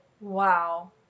Wow